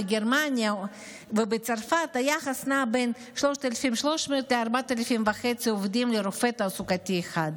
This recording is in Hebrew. בגרמניה ובצרפת היחס נע בין 3,300 ל-4,500 עובדים לרופא תעסוקתי אחד,